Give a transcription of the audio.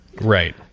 Right